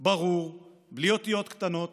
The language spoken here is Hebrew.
ברור, בלי אותיות קטנות